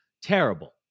Terrible